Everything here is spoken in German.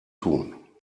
tun